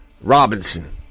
Robinson